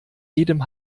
jedem